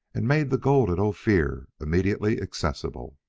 and made the gold of ophir immediately accessible.